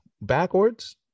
backwards